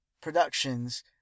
Productions